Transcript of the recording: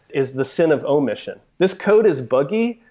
is the sin of omission. this code is buggy,